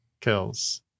kills